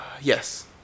Yes